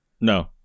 No